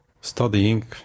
studying